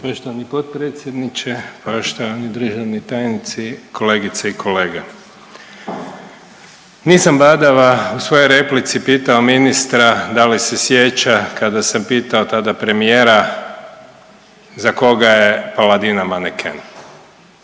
Poštovani potpredsjedniče, poštovani državni tajnici, kolegice i kolege. Nisam badava u svojoj replici pitao ministra da li se sjeća kada sam pitao tada premijera za koga je ova …/Govornik